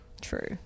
True